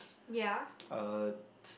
uh